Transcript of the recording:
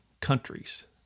countries